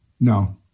No